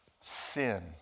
Sin